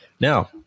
now